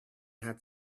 had